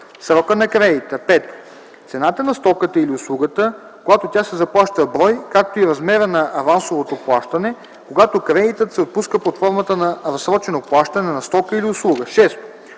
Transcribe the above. срока на кредита; 5. цената на стоката или услугата, когато тя се заплаща в брой, както и размера на авансовото плащане, когато кредитът се отпуска под формата на разсрочено плащане на стока или услуга; 6.